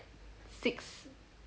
six